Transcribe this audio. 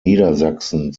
niedersachsen